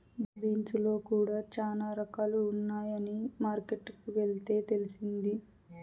beans లో కూడా చానా రకాలు ఉన్నాయని మార్కెట్ కి వెళ్తే తెలిసింది